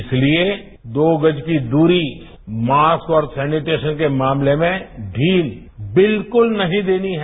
इसलिए दो गज की दूरी मास्क और सोनिटेशन के मामले में ढील बिल्कुल नहीं देनी है